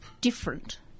different